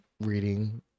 reading